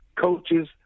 coaches